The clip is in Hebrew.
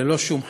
ללא שום חשש,